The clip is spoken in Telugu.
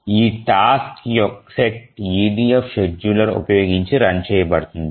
ఈ టాస్క్ సెట్ EDF షెడ్యూలర్ ఉపయోగించి రన్ చేయబడుతుంది